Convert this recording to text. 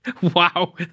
Wow